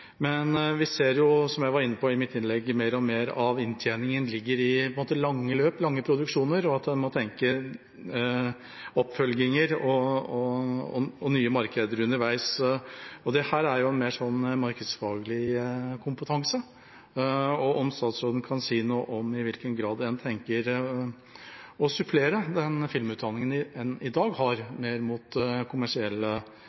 men vi ser, som jeg var inne på i mitt innlegg, at mer og mer av inntjeningen ligger i lange løp, lange produksjoner, og en må tenke oppfølginger og nye markeder underveis. Dette er jo en mer markedsfaglig kompetanse. Kan statsråden si noe om i hvilken grad en tenker å supplere den filmutdanningen en i dag har, mer inn mot kommersielle